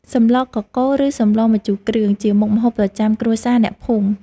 សម្លកកូរ ឬសម្លម្ជូរគ្រឿង ជាមុខម្ហូបប្រចាំគ្រួសារអ្នកភូមិ។